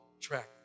track